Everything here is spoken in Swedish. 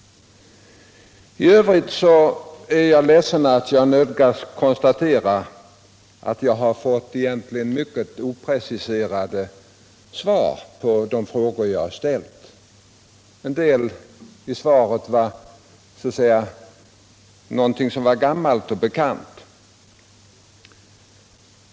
I övrigt är jag ledsen att nödgas konstatera att jag egentligen har fått mycket opreciserade svar på de frågor som jag har ställt. En del av svaret var så att säga något som var gammalt och bekant.